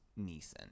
Neeson